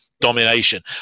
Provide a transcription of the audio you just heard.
domination